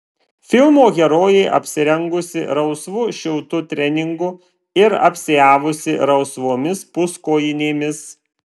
filmo herojė apsirengusi rausvu šiltu treningu ir apsiavusi rausvomis puskojinėmis